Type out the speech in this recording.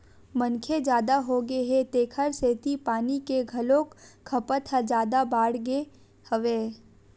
मनखे जादा होगे हे तेखर सेती पानी के घलोक खपत ह जादा बाड़गे गे हवय